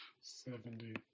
Seventy